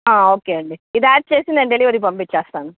okay అండి ఇది add చేసి నేను డెలివరీ పంపించేస్తాను